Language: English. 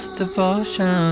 devotion